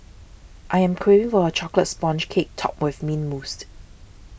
I am craving for a Chocolate Sponge Cake Topped with Mint Mousse